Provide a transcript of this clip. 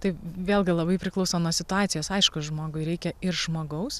tai vėlgi labai priklauso nuo situacijos aišku žmogui reikia ir žmogaus